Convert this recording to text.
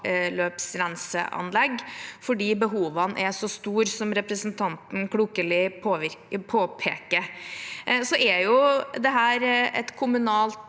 avløpsrenseanlegg, fordi behovene er så store, som representanten klokelig påpeker. Dette er jo et kommunalt